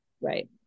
Right